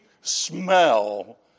smell